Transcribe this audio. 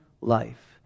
life